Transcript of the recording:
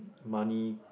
money